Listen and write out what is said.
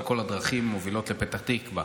וכל הדרכים מובילות לפתח תקווה,